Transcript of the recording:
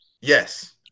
Yes